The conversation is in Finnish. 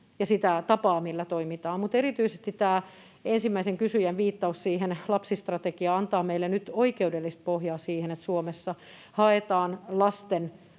ja sitä tapaa, millä toimitaan. Mutta erityisesti tämä ensimmäisen kysyjän viittaus siihen lapsistrategiaan: Se antaa meille nyt oikeudellista pohjaa siihen, että Suomessa haetaan lasten